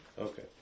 Okay